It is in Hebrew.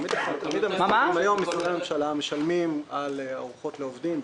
גם היום משרדי ממשלה משלמים על ארוחות לעובדים.